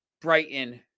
Brighton